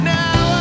now